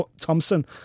Thompson